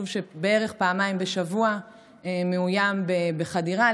זה יישוב שבערך פעמיים בשבוע מאוים בחדירה,